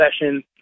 sessions